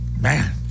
man